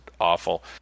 awful